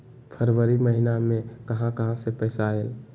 फरवरी महिना मे कहा कहा से पैसा आएल?